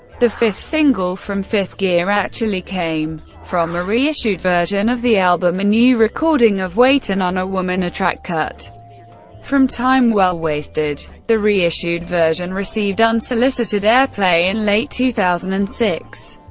the fifth single from fifth gear actually came from a reissued version of the album a new recording of waitin' on a woman, a track cut from time well wasted. the reissued version received unsolicited airplay in late two thousand and six,